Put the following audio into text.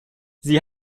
sie